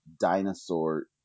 dinosaur